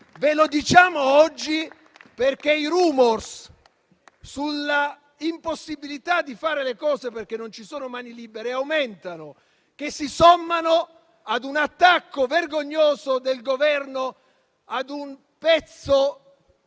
Ve lo diciamo oggi, perché i *rumor* sull'impossibilità di fare le cose perché non ci sono mani libere aumentano e si sommano ad un attacco vergognoso del Governo ad un tempio,